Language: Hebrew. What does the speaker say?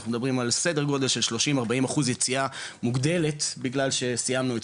אנחנו מדברים על סדר גודל של 30-40% יציאה מוגדלת בגלל שסיימנו את